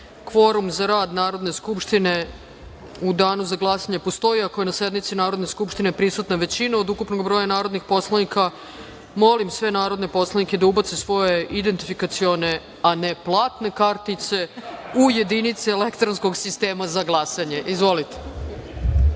kvorum za rad Narodne skupštine u danu za glasanje postoji ako je na sednici Narodne skupštine prisutna većina od ukupnog broja narodnih poslanika. Molim sve narodne poslanike da ubace svoje identifikacione, a ne platne kartice, u jedinice elektronskog sistema za glasanje. Izvolite. Konstatujem